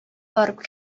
барып